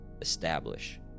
establish